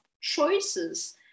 choices